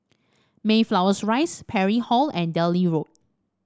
Mayflower Rise Parry Hall and Delhi Road